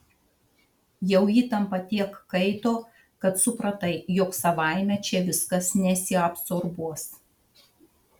jau įtampa tiek kaito kad supratai jog savaime čia viskas nesiabsorbuos